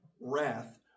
wrath